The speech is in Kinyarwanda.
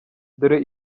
dore